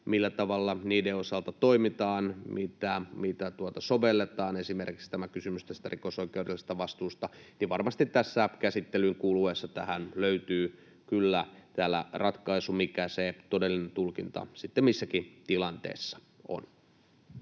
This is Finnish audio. millä tavalla niiden osalta toimitaan, mitä sovelletaan, esimerkiksi kysymys tästä rikosoikeudellisesta vastuusta — varmasti tässä käsittelyn kuluessa tähän löytyy kyllä täällä ratkaisu, mikä se todellinen tulkinta sitten missäkin tilanteessa on.